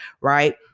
Right